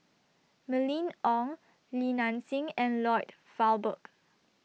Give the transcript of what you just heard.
Mylene Ong Li Nanxing and Lloyd Valberg